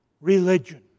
religion